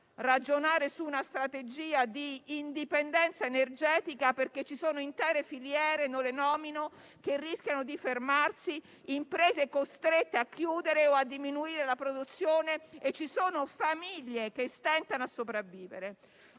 ragionare su una strategia di indipendenza energetica, perché ci sono intere filiere - non le nomino - che rischiano di fermarsi, imprese costrette a chiudere o a diminuire la produzione. Ci sono famiglie che stentano a sopravvivere.